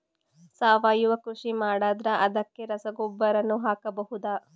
ಸಾವಯವ ಕೃಷಿ ಮಾಡದ್ರ ಅದಕ್ಕೆ ರಸಗೊಬ್ಬರನು ಹಾಕಬಹುದಾ?